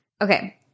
Okay